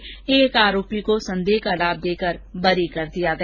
वहीं एक आरोपी को संदेह का लाभ देकर बरी कर दिया गया